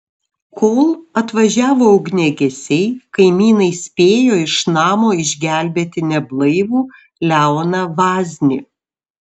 kol atvažiavo ugniagesiai kaimynai spėjo iš namo išgelbėti neblaivų leoną vaznį